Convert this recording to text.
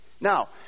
Now